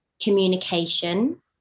communication